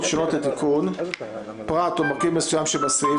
שונות לתיקון פרט או מרכיב מסוים שבסעיף,